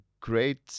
great